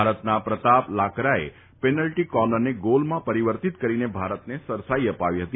ભારતના પ્રતાપ લાકરાએ પેનલ્ટી કોર્નરને ગોલમાં પરિવર્તિત કરીને ભારતને સરસાઈ અપાવી ફતી